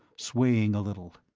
swaying a little.